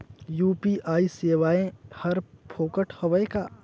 UPI सेवाएं हर फोकट हवय का?